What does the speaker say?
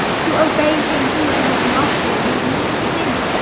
to obey him who, in his mastery, made me to sin?